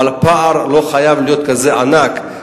אבל הפער לא חייב להיות כזה ענק.